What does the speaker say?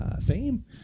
theme